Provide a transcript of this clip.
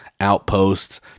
outposts